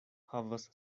havas